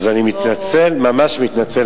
אז אני ממש מתנצל.